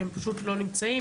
שהם פשוט לא נמצאים.